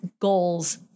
goals